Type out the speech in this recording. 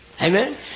Amen